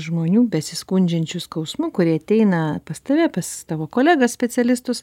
žmonių besiskundžiančių skausmu kurie ateina pas tave pas tavo kolegas specialistus